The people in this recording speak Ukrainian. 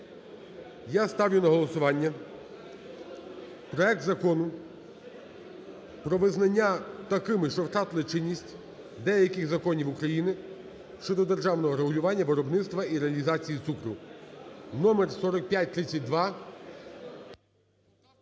я ставлю на голосування проект Закону про визнання такими, що втратили чинність деяких законів України щодо державного регулювання виробництва і реалізації цукру (№4532).